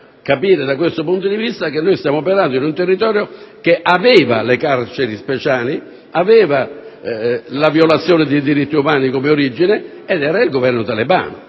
capire, da questo punto di vista, che noi stiamo operando in un territorio che aveva le carceri speciali, aveva la violazione dei diritti umani come origine ed era il Governo talebano.